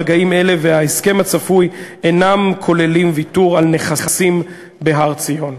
מגעים אלה וההסכם הצפוי אינם כוללים ויתור על נכסים בהר-ציון.